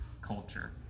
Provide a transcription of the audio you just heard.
culture